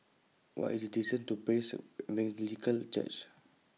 What IS The distance to Praise Evangelical Church